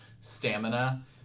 stamina